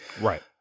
Right